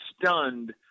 stunned